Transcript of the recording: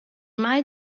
mai